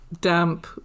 damp